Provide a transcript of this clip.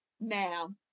Now